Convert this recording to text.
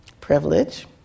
privilege